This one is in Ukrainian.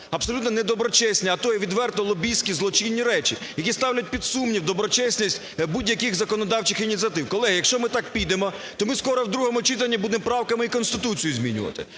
абсолютно не доброчесні, а то і відверто лобістські, злочинні речі, які ставлять під сумнів доброчесність будь-яких законодавчих ініціатив. Колеги, якщо ми так підемо, то ми скоро в другому читанні будемо правками і Конституцію змінювати.